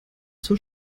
zur